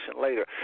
later